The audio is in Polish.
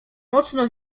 mocno